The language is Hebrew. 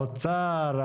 האוצר,